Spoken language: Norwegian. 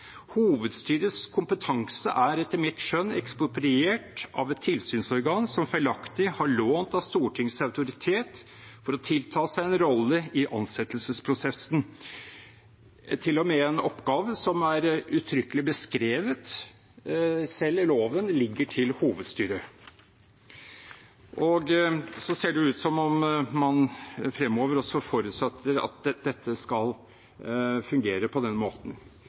Hovedstyrets kompetanse er etter mitt skjønn ekspropriert av et tilsynsorgan som feilaktig har lånt av Stortingets autoritet for å tilta seg en rolle i ansettelsesprosessen. Det er til og med en oppgave som er uttrykkelig beskrevet – selv i loven – at ligger til hovedstyret. Det ser ut som om man også fremover forutsetter at dette skal fungere på den måten.